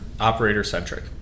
operator-centric